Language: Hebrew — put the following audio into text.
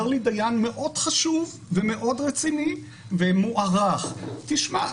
אומר לי דיין מאוד חשוב ומאוד רציני ומוערך: תשמע,